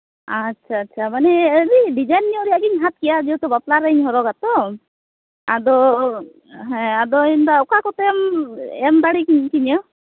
ᱟᱪᱪᱷᱟ ᱟᱪᱪᱷᱟ ᱢᱟᱱᱮ ᱟᱹᱰᱤ ᱰᱤᱡᱟᱭᱤᱱ ᱧᱚᱜ ᱨᱮᱭᱟᱜ ᱜᱤᱧ ᱦᱟᱛ ᱠᱮᱭᱟ ᱡᱮᱦᱮᱛᱩ ᱵᱟᱯᱞᱟ ᱨᱤᱧ ᱦᱚᱨᱚᱜᱟᱛᱚ ᱟᱫᱚ ᱦᱮᱸ ᱟᱫᱚᱧᱢᱮᱱ ᱮᱫᱟ ᱚᱠᱟ ᱠᱚᱛᱮᱢ ᱮᱢ ᱫᱟᱲᱮ ᱠᱤᱧᱟᱹ